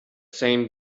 same